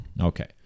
Okay